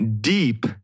deep